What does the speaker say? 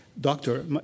Doctor